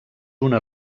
una